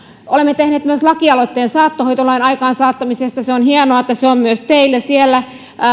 olemme tehneet myös lakialoitteen saattohoitolain aikaansaattamisesta on hienoa että se on myös teillä siellä